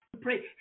pray